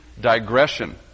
digression